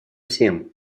всем